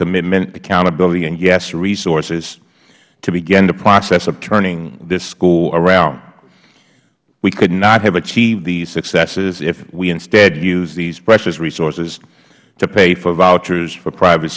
commitment accountability and yes resources to begin the process of turning this school around we could not have achieved these successes if we instead used these precious resources to pay for vouchers for private